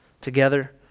together